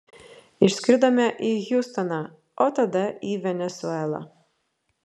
išskridome į hjustoną o tada į venesuelą